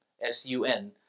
S-U-N